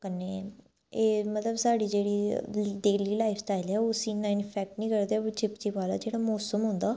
कन्नै एह् मतलब साढ़ी जेह्ड़ी डेली लाइफ स्टाइल ऐ उसी इन्ना इनफैक्ट नी करदा ऐ बट चिपचिप आह्ला जेह्ड़ा मौसम होंदा